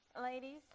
ladies